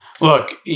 Look